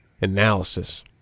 Analysis